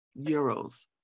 euros